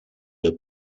der